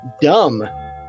Dumb